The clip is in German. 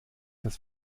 dass